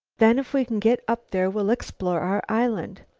then, if we can get up there, we'll explore our island.